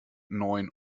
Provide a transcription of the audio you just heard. neun